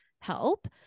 help